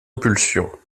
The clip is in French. impulsion